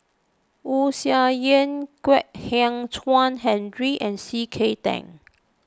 Wu Tsai Yen Kwek Hian Chuan Henry and C K Tang